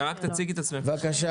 רק תציגי את עצמך, בבקשה.